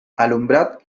alumbrad